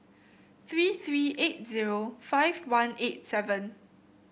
three three eight zero five one eight seven